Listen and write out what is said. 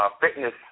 fitness